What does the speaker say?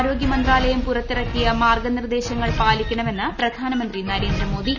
ആരോഗൃ മന്ത്രാലയം പുറത്തിറക്കിയ മാർഗ്ഗ നിർദ്ദേശങ്ങൾ പാലിക്കണമെന്ന് പ്രധാനമന്ത്രി നരേന്ദ്രമോദി